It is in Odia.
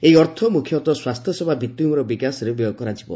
ଏହି ଅର୍ଥ ମୁଖ୍ୟତଃ ସ୍ୱାସ୍ଥ୍ୟସେବା ଭିଭିଭିମିର ବିକାଶରେ ବ୍ୟୟ କରାଯିବ